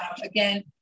again